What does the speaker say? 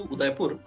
Udaipur